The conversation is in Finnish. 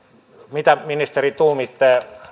mitä ministeri tuumitte